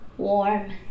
warm